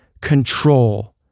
control